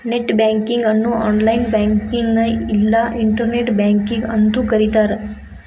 net banking ಅನ್ನು online ಬ್ಯಾಂಕಿಂಗ್ನ ಇಲ್ಲಾ ಇಂಟರ್ನೆಟ್ ಬ್ಯಾಂಕಿಂಗ್ ಅಂತೂ ಕರಿತಾರ